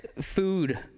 food